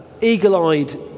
eagle-eyed